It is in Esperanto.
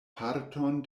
parton